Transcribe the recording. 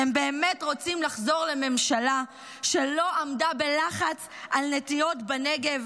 אתם באמת רוצים לחזור לממשלה שלא עמדה בלחץ על נטיעות בנגב